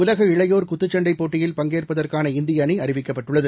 உலக இளையோர் குத்துச்சண்டைபோட்டியில் பங்கேற்பதற்கான இந்தியஅணிஅறிவிக்கப்பட்டுள்ளது